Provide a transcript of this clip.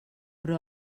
però